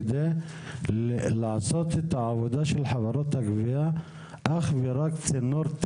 כדי שהעבודה של חברות הגבייה תהיה אך ורק כצינור,